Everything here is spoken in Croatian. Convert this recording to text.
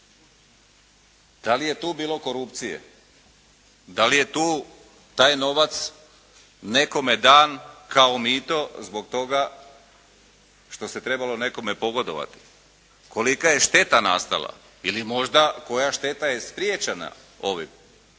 Da li je tu bilo korupcije? Da li je tu taj novac nekome dan kao mito zbog toga što se trebalo nekome pogodovati? Kolika je šteta nastala ili možda koja šteta je spriječena ovim?